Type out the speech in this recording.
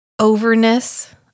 overness